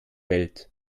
welt